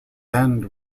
end